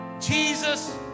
Jesus